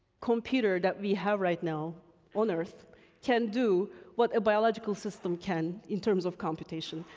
computer that we have right now on earth can do what a biological system can in terms of computation.